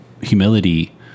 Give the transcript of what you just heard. humility